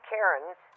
Karen's